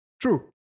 true